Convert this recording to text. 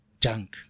junk